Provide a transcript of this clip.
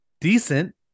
decent